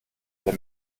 der